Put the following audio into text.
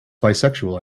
bisexual